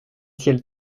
ciel